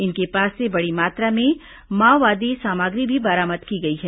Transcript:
इनके पास से बड़ी मात्रा में माओवादी सामग्री भी बरामद की गई है